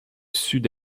sud